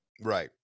Right